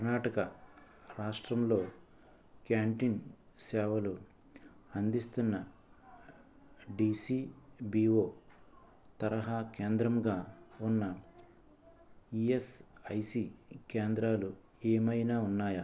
కర్ణాటక రాష్ట్రంలో క్యాంటీన్ సేవలు అందిస్తున్న డిసిబిఓ తరహా కేంద్రంగా ఉన్న ఈఎస్ఐసి కేంద్రాలు ఏమైనా ఉన్నాయా